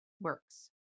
works